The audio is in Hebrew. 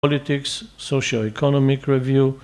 פוליטיקה, פרסומת סוציאו-אקונומית